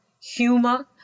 humor